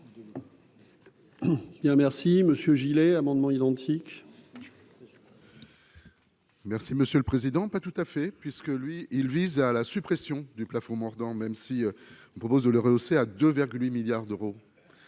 merci Monsieur Gillet amendements identiques. Merci monsieur le président, pas tout à fait puisque lui, il vise à la suppression du plafond mordant, même si vous propose de le rehausser à 2 8 milliards d'euros